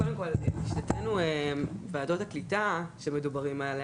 קודם כל --- ועדות הקליטה שמדובר עליה,